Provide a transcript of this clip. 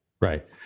Right